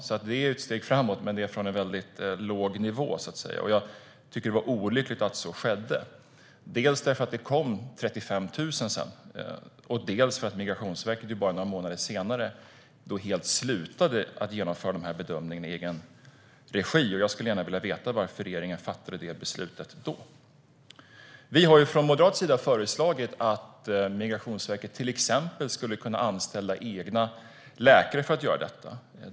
Det är alltså ett steg framåt men från en väldigt låg nivå. Jag tycker att det var olyckligt att så skedde, dels för att det sedan kom 35 000 personer, dels för att Migrationsverket bara några månader senare helt slutade genomföra dessa bedömningar i egen regi. Jag skulle gärna vilja veta varför regeringen fattade det beslutet då. Vi har från Moderaterna föreslagit att Migrationsverket till exempel skulle kunna anställa egna läkare för att göra detta.